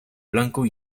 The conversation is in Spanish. blanco